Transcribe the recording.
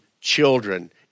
children